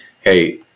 hey